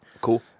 Cool